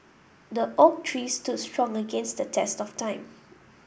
the oak tree stood strong against the test of time